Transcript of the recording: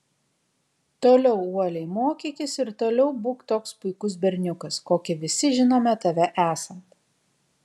toliau uoliai mokykis ir toliau būk toks puikus berniukas kokį visi žinome tave esant